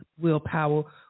willpower